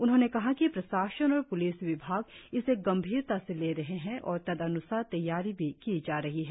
उन्होंने कहा कि प्रशासन और प्लिस विभाग इसे गंभीरता से ले रहे है और तदन्सार तैयारी भी की जा रही है